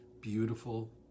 beautiful